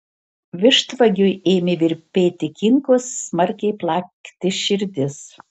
vištvagiui ėmė virpėti kinkos smarkiai plakti širdis